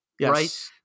Right